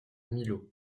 milhaud